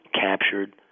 captured